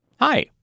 Hi